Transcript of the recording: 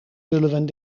zullen